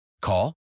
Call